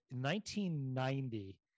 1990